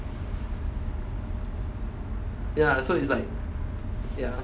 ya so it's like ya